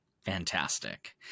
Fantastic